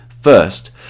First